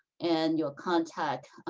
and your contact,